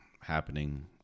happening